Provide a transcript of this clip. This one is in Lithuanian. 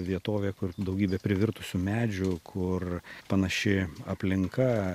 vietovė kur daugybė privirtusių medžių kur panaši aplinka